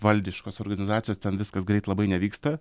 valdiškos organizacijos ten viskas greit labai nevyksta